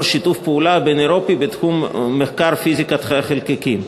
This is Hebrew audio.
שיתוף פעולה בין-אירופי בתחום מחקר פיזיקת החלקיקים.